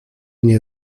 nie